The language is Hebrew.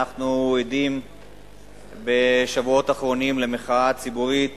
אנחנו עדים בשבועות האחרונים למחאה ציבורית